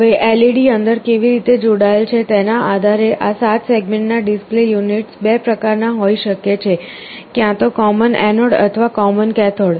હવે LED અંદર કેવી રીતે જોડાયેલ છે તેના આધારે આ 7 સેગમેન્ટના ડિસ્પ્લે યુનિટ્સ 2 પ્રકાર ના હોઈ શકે છે ક્યાં તો કૉમન એનોડ અથવા કૉમન કૅથોડ